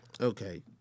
Okay